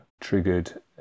triggered